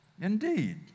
Indeed